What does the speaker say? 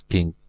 King